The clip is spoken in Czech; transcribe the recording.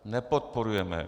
Nepodporujeme.